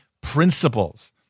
principles